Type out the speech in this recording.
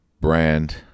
brand